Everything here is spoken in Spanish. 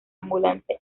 ambulante